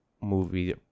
movie